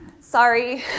sorry